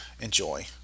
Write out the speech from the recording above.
enjoy